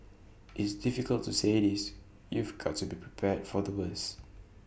it's difficult to say this you've got to be prepared for the worst